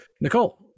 Nicole